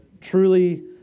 truly